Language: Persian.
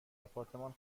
آپارتمان